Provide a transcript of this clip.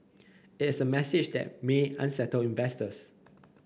it is a message that may unsettle investors